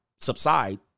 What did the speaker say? subside